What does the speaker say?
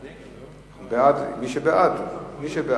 ההצעה להעביר את הנושא לוועדת החוץ והביטחון